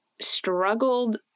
struggled